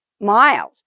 miles